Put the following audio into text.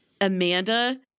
amanda